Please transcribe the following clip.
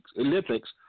Olympics